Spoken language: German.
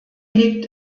liegt